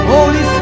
Holy